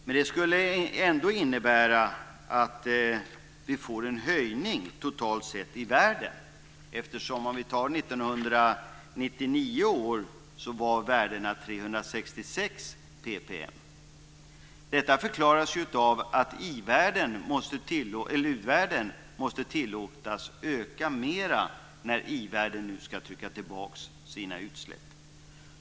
Men det skulle ändå innebära att vi får en höjning totalt sett i världen. År 1999 var värdet 366 ppm. Detta förklaras av att uvärlden måste tillåtas öka mer när i-världen ska trycka tillbaka sina utsläpp.